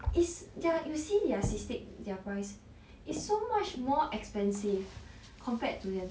is their you see their sistic their price is so much more expensive compared to them